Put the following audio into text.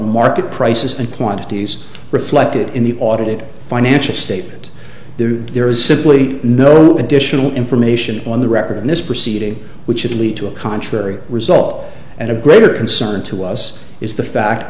market prices and quantities reflected in the audited financial statement there there is simply no additional information on the record in this proceeding which would lead to a contrary result and a greater concern to us is the fact